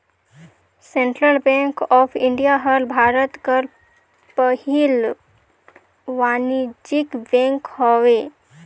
central bank of India हर भारत कर पहिल वानिज्यिक बेंक हवे